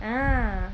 ah